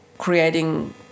creating